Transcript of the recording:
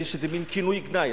זה מין כינוי גנאי.